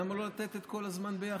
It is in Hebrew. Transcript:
למה לא לתת את כל הזמן ביחד?